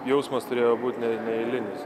jausmas turėjo būt ne neeilinis